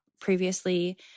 previously